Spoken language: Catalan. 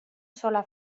sola